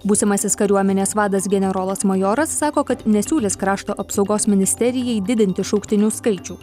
būsimasis kariuomenės vadas generolas majoras sako kad nesiūlys krašto apsaugos ministerijai didinti šauktinių skaičių